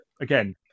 again